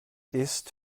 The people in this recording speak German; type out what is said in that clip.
ist